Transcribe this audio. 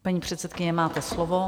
Paní předsedkyně, máte slovo.